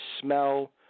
smell